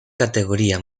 categoria